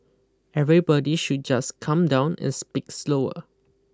everybody should just calm down and speak slower